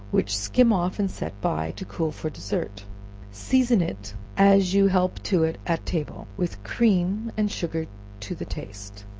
which skim off and set by, to cool for dessert season it as you help to it at table, with cream and sugar to the taste.